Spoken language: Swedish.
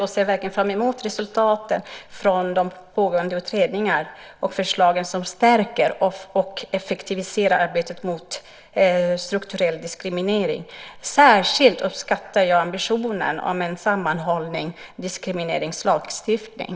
Jag ser verkligen fram mot resultaten av de pågående utredningarna och förslag som stärker och effektiviserar arbetet mot strukturell diskriminering. Särskilt uppskattar jag ambitionen att skapa en sammanhållen diskrimineringslagstiftning.